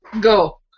Go